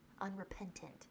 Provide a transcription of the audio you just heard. unrepentant